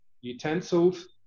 utensils